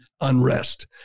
unrest